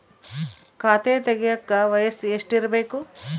ಖಾತೆ ತೆಗೆಯಕ ವಯಸ್ಸು ಎಷ್ಟಿರಬೇಕು?